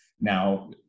now